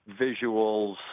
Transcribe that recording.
visuals